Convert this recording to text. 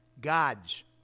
God's